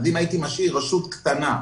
אם הייתי משאיר רשות קטנה,